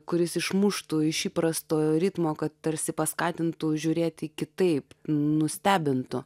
kuris išmuštų iš įprasto ritmo kad tarsi paskatintų žiūrėti kitaip nustebintų